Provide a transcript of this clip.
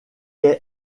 est